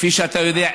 כפי שאתה יודע,